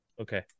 Okay